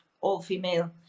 all-female